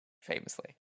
Famously